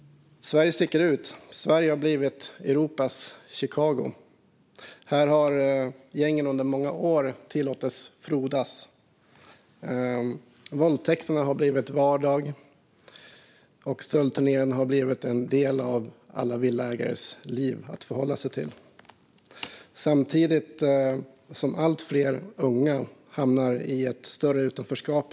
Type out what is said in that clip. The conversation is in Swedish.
Sverige sticker ut. Sverige har blivit Europas Chicago. Här har gängen under många år tillåtits frodas. Våldtäkterna hör till vardagen, och stöldturnéerna har blivit något som alla villaägare måste förhålla sig till. Samtidigt hamnar allt fler unga i ett större utanförskap.